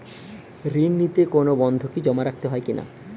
ঋণ নিতে কোনো বন্ধকি জমা রাখতে হয় কিনা?